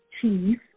cheese